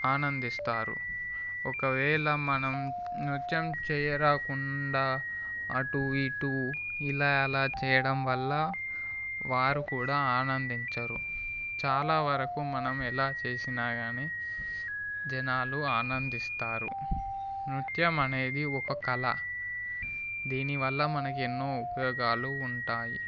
ఆనందిస్తారు ఒకవేళ మనం నృత్యం చేయరాకుండా అటు ఇటు ఇలా అలా చేయడం వల్ల వారు కూడా ఆనందించరు చాలావరకు మనం ఎలా చేసినాగానీ జనాలు ఆనందిస్తారు నృత్యం అనేది ఒక కళ దీనివల్ల మనకి ఎన్నో ఉపయోగాలు ఉంటాయి